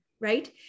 right